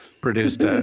produced